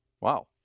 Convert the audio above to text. Wow